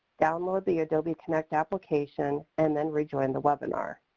download the adobe connect application, and then rejoin the webinar.